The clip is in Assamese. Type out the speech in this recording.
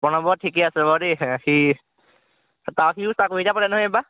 প্ৰণৱহঁত ঠিকে আছে বাৰু দেই সিহঁতে তাৰ সিও চাকৰি এটা পালে নহয় এইবাৰ